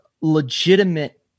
legitimate